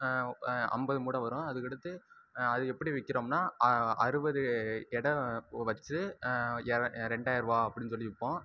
ஐம்பது மூட்டை வரும் அதுக்கடுத்து அது எப்படி விற்கிறோம்னா அறுபது எடை வச்சு ரெண்டாயிரம் ரூபா அப்படினு சொல்லி விற்போம்